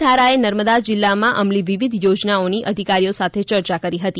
થારાએ નર્મદા જીલ્લામાં અમલી વિવિધ યોજનાઓની અધિકારીઓ સાથે ચર્ચા કરી હતી